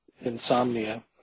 insomnia